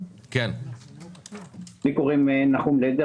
שמי נחום לדר,